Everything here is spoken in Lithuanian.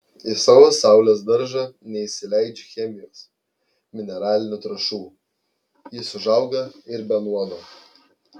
į savo saulės daržą neįsileidžiu chemijos mineralinių trąšų jis užauga ir be nuodo